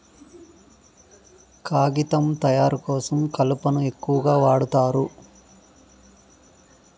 కాగితం తయారు కోసం కలపను ఎక్కువగా వాడుతారు